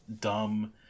dumb